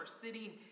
sitting